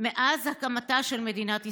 חסרת תקדים מאז הקמתה של מדינת ישראל.